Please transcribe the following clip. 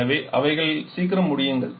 எனவே அவைகளை சீக்கிரம் முடியுங்கள்